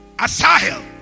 Asahel